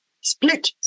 split